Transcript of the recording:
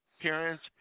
parents –